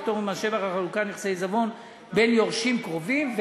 פטור ממס שבח על חלוקת נכסי עיזבון בין יורשים קרובים,